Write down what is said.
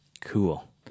Cool